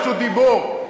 לצאת לעבודה.